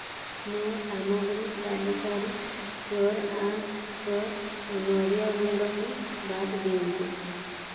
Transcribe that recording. ମୋ ସାମଗ୍ରୀ ତାଲିକାରୁ ପିୟୋର୍ ଆଣ୍ଡ୍ ଶିୟୋର୍ ନଡ଼ିଆ ଗୁଣ୍ଡକୁ ବାଦ ଦିଅନ୍ତୁ